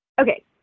Okay